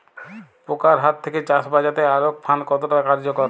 পোকার হাত থেকে চাষ বাচাতে আলোক ফাঁদ কতটা কার্যকর?